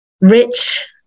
rich